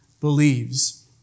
believes